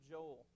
Joel